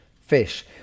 fish